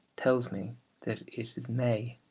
tells me that it is may.